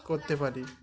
করতে পারি